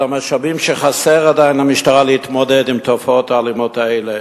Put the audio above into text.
על המשאבים שחסרים עדיין למשטרה להתמודדות עם תופעות האלימות האלה